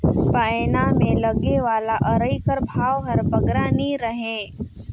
पैना मे लगे वाला अरई कर भाव हर बगरा नी रहें